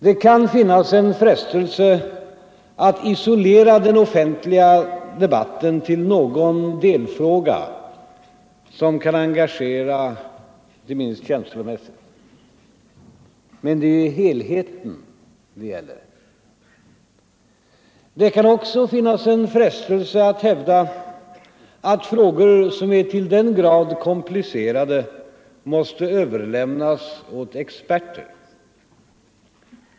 Det kan finnas en frestelse att isolera den offentliga debatten till någon delfråga som kan engagera — inte minst känslomässigt. Men det är helheten det gäller. Det kan också finnas en frestelse att hävda, att frågor som är så till den grad komplicerade måste överlämnas åt experter.